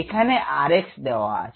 এখানে 𝑟𝑥 দেওয়া আছে